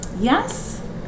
Yes